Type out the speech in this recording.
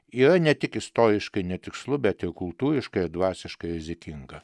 yra ne tik istoriškai netikslu bet ir kultūriškai ir dvasiškai rizikinga